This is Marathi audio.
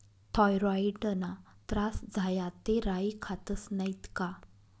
थॉयरॉईडना त्रास झाया ते राई खातस नैत का